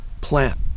plant